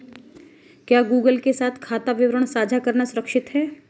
क्या गूगल के साथ खाता विवरण साझा करना सुरक्षित है?